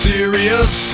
Serious